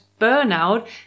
burnout